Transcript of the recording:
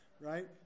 right